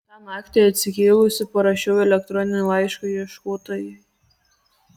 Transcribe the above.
tą naktį atsikėlusi parašiau elektroninį laišką ieškotojai